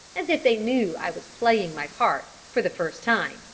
as if they knew i was playing my part for the first time,